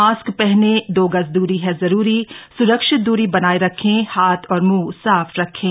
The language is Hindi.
मास्क पहने दो गज दूरी है जरूरी सुरक्षित दूरी बनाए रखें हाथ और मुंह साफ रखें